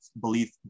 belief